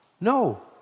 no